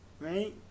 right